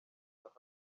hamwe